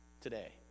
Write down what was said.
today